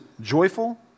joyful